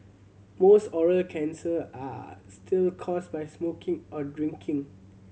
most oral cancer are still caused by smoking or drinking